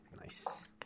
nice